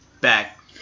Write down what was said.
back